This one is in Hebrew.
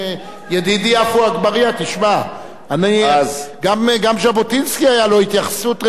גם ז'בוטינסקי היתה לו התייחסות רצינית ביותר לנושא החברתי.